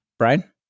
Brian